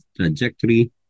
trajectory